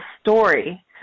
story